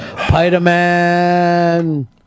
Spider-Man